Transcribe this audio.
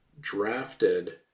drafted